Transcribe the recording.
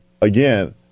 again